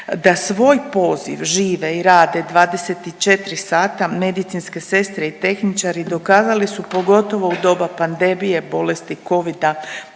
Da svoj poziv žive i rade 24 sata medicinske sestre i tehničari dokazali su pogotovo u doba pandemije, bolesti covida-19.